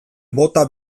bota